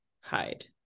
hide